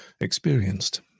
experienced